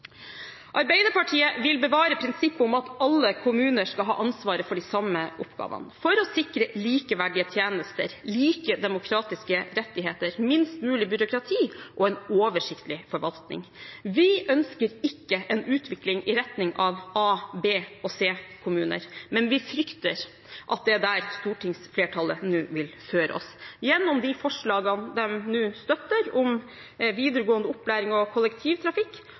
Arbeiderpartiet vil bevare prinsippet om at alle kommuner skal ha ansvaret for de samme oppgavene, for å sikre likeverdige tjenester, like demokratiske rettigheter, minst mulig byråkrati og en oversiktlig forvaltning. Vi ønsker ikke en utvikling i retning av A-, B- og C-kommuner, men vi frykter at det er dit stortingsflertallet nå vil føre oss, gjennom de forslagene det nå støtter om videregående opplæring og kollektivtrafikk,